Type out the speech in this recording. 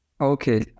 okay